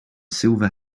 silver